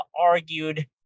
argued